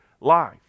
life